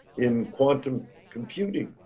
in quantum computing